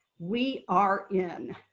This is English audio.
we are in.